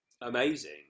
amazing